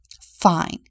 Fine